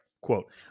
quote